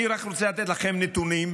אני רק רוצה לתת לכם נתונים.